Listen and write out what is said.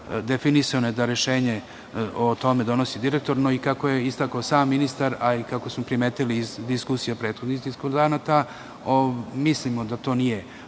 definisano je da rešenje o tome donosi direktor. Ali, kako je istakao i sam ministar, a to smo primetili i iz diskusija prethodnih diskutanata, mislimo da to nije